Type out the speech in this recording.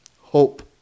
Hope